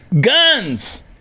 guns